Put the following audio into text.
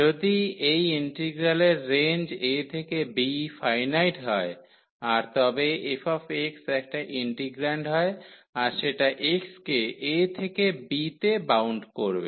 যদি এই ইন্টিগ্রালের রেঞ্জ a থেকে b ফাইনাইট হয় আর তবে f একটা ইন্টিগ্রান্ড হয় আর সেটা x কে a থেকে b তে বাউন্ড করবে